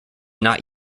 not